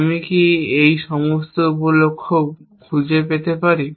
আমি কি এর সমস্ত উপ লক্ষ্য খুঁজে পেতে পারি